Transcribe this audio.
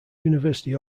university